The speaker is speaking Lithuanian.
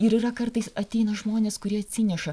ir yra kartais ateina žmonės kurie atsineša